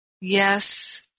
Yes